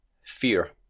Fear